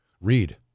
Read